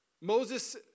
Moses